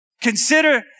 Consider